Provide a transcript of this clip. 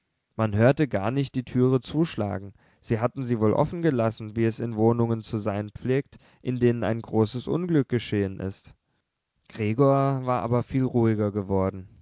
man hörte gar nicht die türe zuschlagen sie hatten sie wohl offen gelassen wie es in wohnungen zu sein pflegt in denen ein großes unglück geschehen ist gregor war aber viel ruhiger geworden